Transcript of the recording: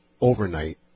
overnight